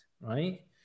right